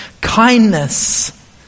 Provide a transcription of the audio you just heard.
kindness